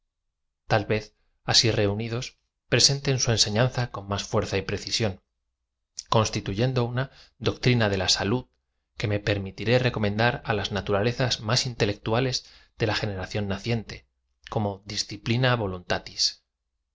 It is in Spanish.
e z así reunidos presenten su ensefianza con más fuerza y precisión constituyendo una doctrina de la salud que me permi tiré recomendar á las naturalezas más intelectuales de la generación naciente como